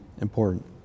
important